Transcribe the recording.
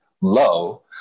low